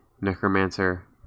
necromancer